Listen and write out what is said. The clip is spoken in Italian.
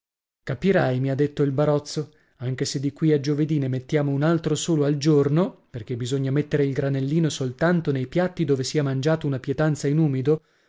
capirai mi ha detto il barozzo anche se di qui a giovedì ne mettiamo un altro solo al giorno perché bisogna mettere il granellino soltanto nei piatti dove si è mangiato una pietanza in umido